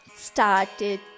started